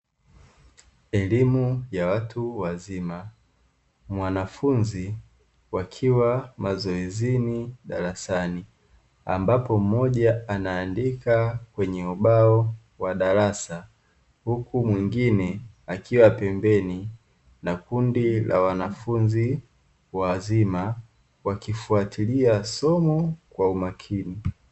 Elimu ya watu wazima, wanafunzi wakiwa mazoezini darasani, ambapo mmoja anaandika kwenye ubao wa darasa huku mwingine akiwa pembeni na kundi la wanafunzi wazima wakifuatilia somo kwa umakini.